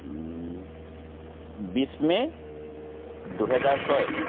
বিছ মে' দুহেজাৰ ছয়